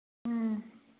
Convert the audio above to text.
ꯎꯝ